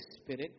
Spirit